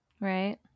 Right